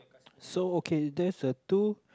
so okay there's a two